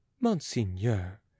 monseigneur